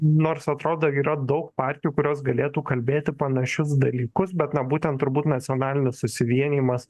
nors atrodo yra daug partijų kurios galėtų kalbėti panašius dalykus bet na būtent turbūt nacionalinis susivienijimas